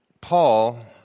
Paul